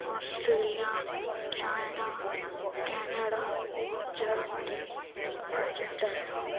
Australia China Canada Germany Argentina